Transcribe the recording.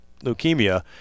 leukemia